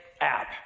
app